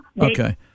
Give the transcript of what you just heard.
Okay